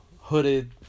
hooded